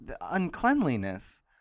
uncleanliness